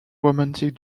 romantic